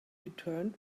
returned